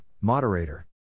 moderator